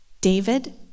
David